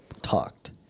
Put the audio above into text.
talked